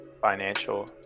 financial